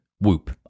Whoop